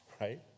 right